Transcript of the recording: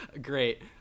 great